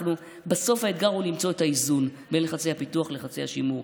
בסוף האתגר הוא למצוא את האיזון בין לחצי הפיתוח ללחצי השימור.